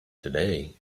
today